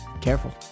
Careful